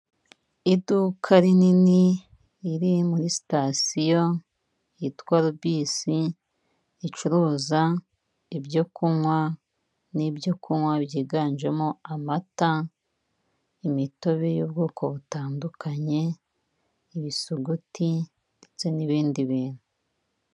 Iduka rinini riri muri sitasiyo yitwa Rubis, ricururuza ibyo kunywa n'ibyo kunywa, byiganjemo amata, imitobe y'ubwoko butandukanye, ibisuguti ndetse n'ibindi bintu.